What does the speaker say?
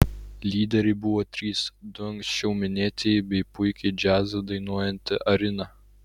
lyderiai buvo trys du anksčiau minėtieji bei puikiai džiazą dainuojanti arina